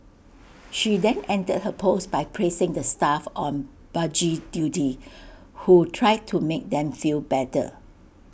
she then ended her post by praising the staff on buggy duty who tried to make them feel better